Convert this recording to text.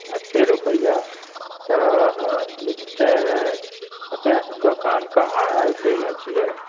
अस्सी रुपैआ तऽ छै अपने दोकान कहाँ कयने छियै